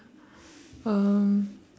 um